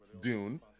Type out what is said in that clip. Dune